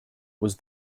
was